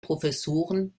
professoren